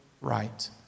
right